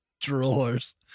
drawers